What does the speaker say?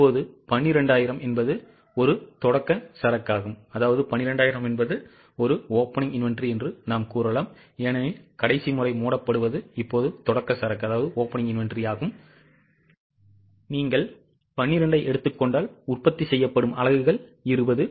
இப்போது 12000 ஒரு தொடக்க சரக்காகும் ஏனெனில் கடைசி முறை மூடப்படுவது இப்போது தொடக்க சரக்காகும் நீங்கள் 12 ஐ எடுத்துக் கொண்டால் உற்பத்தி செய்யப்படும் அலகுகள் 20